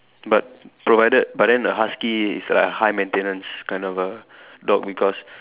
but provided but then a husky is like a high maintenance kind of a dog because